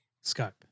scope